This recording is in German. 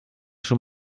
schon